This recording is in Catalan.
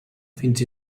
fins